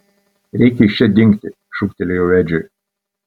reikia iš čia dingti šūktelėjau edžiui